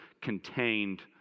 contained